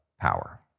power